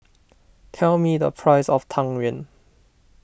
tell me the price of Tang Yuen